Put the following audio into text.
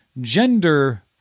gender